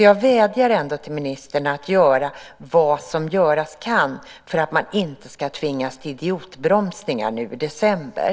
Jag vädjar till ministern att göra vad som göras kan för att man inte ska tvingas till idiotbromsningar nu i december.